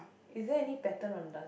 is there any pattern on the